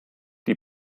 die